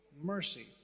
Mercy